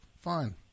fine